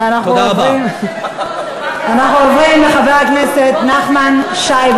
ואנחנו עוברים, אנחנו עוברים לחבר הכנסת נחמן שי.